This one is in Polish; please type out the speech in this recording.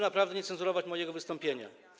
Naprawdę proszę nie cenzurować mojego wystąpienia.